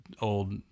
old